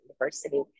University